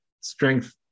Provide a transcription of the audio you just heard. strength